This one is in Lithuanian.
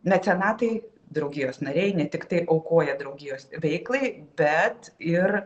mecenatai draugijos nariai ne tiktai aukoja draugijos veiklai bet ir